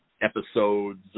episodes